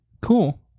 Cool